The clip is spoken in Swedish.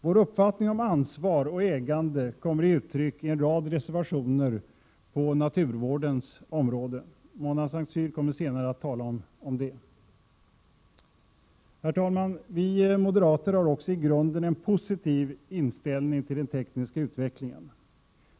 Vår uppfattning om ansvar och ägande kommer till uttryck i en rad reservationer på naturvårdens område. Mona Saint Cyr kommer senare att tala om detta. Herr talman! Vi moderater har också i grunden en positiv inställning till den tekniska utvecklingen.